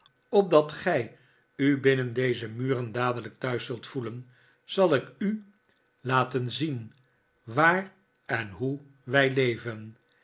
opdat gij u binnen deze muren dadelijk thuis zult voelen zal ik u laten rondgang door pecksniff's huis zieii waar en hoe wij leven